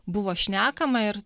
buvo šnekama ir